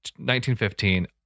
1915